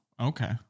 Okay